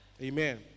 Amen